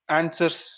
answers